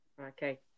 Okay